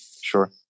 Sure